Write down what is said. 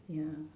ya